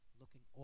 looking